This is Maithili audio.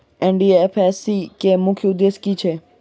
एन.डी.एफ.एस.सी केँ मुख्य उद्देश्य की छैक?